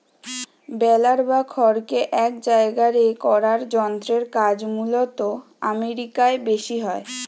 বেলার বা খড়কে এক জায়গারে করার যন্ত্রের কাজ মূলতঃ আমেরিকায় বেশি হয়